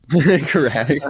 Correct